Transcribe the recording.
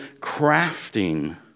crafting